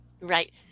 Right